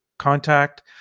contact